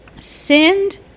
Send